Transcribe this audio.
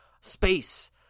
space